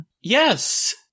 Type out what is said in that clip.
Yes